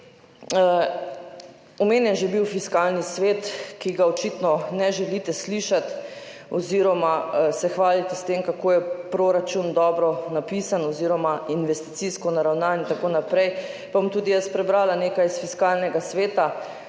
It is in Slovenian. Omenjen je bil že Fiskalni svet, ki ga očitno ne želite slišati oziroma se hvalite s tem, kako je proračun dobro napisan oziroma investicijsko naravnan in tako naprej. Pa bom tudi jaz prebrala nekaj iz Fiskalnega sveta,